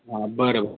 हां बरं